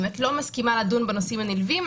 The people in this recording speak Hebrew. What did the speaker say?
אם את לא מסכימה לדון בנושאים הנלווים,